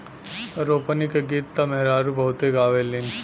रोपनी क गीत त मेहरारू बहुते गावेलीन